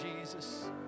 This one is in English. Jesus